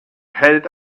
hält